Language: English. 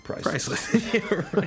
Priceless